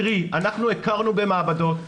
קרי אנחנו הכרנו במעבדות,